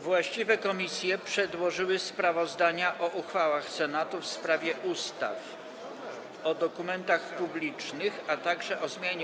Właściwe komisje przedłożyły sprawozdania o uchwałach Senatu w sprawie ustaw: o dokumentach publicznych, a także o zmianie